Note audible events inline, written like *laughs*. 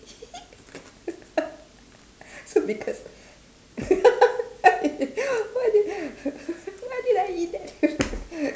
*laughs* so *laughs* why did *laughs* why did I eat that *laughs*